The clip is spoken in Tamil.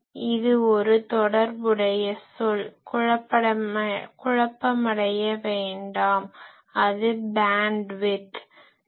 இது ஒரு தொடர்புடைய சொல் குழப்பமடைய வேண்டாம் அது பேன்ட்விட்த் Bandwidth அலைவரிசை